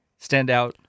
Standout